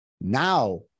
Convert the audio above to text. Now